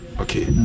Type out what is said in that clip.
okay